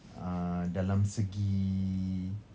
uh dalam segi